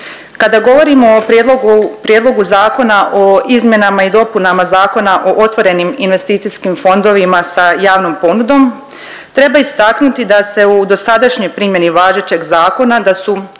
Kada govorimo o prijedlogu Zakona o izmjenama i dopunama Zakona o otvorenim investicijskim fondovima sa javnom ponudom treba istaknuti da se u dosadašnjoj primjeni važećeg zakona da su